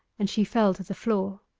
and she fell to the floor.